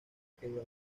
quedó